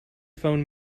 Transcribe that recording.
phone